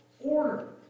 Order